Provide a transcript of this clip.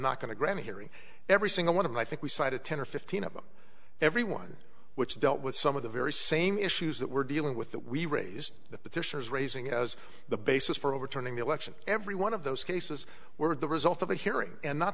not going to grant a hearing every single one of the i think we cited ten or fifteen of them every one which dealt with some of the very same issues that we're dealing with that we raised the petitioners raising as the basis for overturning the election every one of those cases were the result of a hearing and not